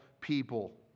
people